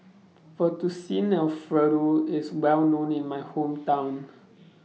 Fettuccine Alfredo IS Well known in My Hometown